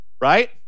right